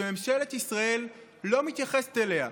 שממשלת ישראל לא מתייחסת אליה,